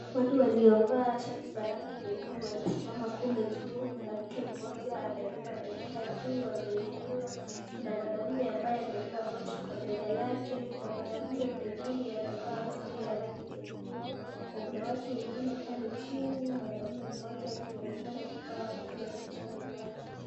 Watu waliovaa shati za rangi nyekundu wamesimama kule juu. Mwanamke mmoja amebeba bendera juu, wameinua. Kuna mwanamume ambaye amebeba boksi kwa mgongo wake, kuna mwanamume mwingine amevaa kofia ya rangi nyekundu, na kuna watu wengine pale chini, mwanamume mmoja akionekana kuvaa kofia kichwani mwake.